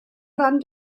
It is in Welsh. ran